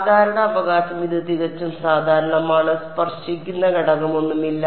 സാധാരണ അവകാശം ഇത് തികച്ചും സാധാരണമാണ് സ്പർശിക്കുന്ന ഘടകമൊന്നുമില്ല